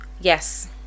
Yes